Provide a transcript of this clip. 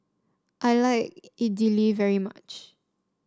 I like Idili very much